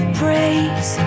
praise